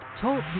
Talk